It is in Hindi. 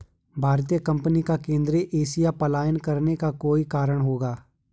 भारतीय कंपनी का केंद्रीय एशिया पलायन करने का कोई तो कारण होगा